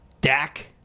Dak